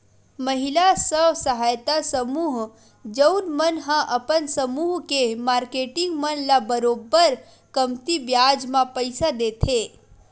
महिला स्व सहायता समूह जउन मन ह अपन समूह के मारकेटिंग मन ल बरोबर कमती बियाज म पइसा देथे